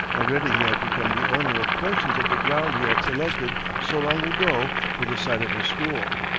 already he had become the owner of portions of the ground he had selected so long ago for the site of his school.